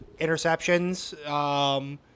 Interceptions